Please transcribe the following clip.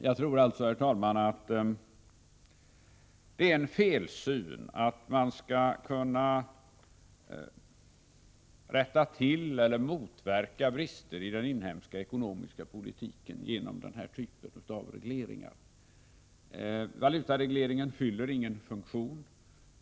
Jag tror alltså, herr talman, att det är en felsyn att man skall kunna motverka brister i den inhemska ekonomiska politiken genom den här typen av regleringar. Valutaregleringen fyller ingen funktion.